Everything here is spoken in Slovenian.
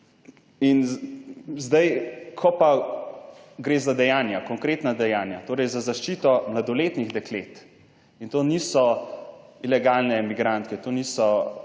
in sedaj, ko pa gre za dejanja, konkretna dejanja, torej za zaščito mladoletnih deklet in to niso ilegalne migrante, to niso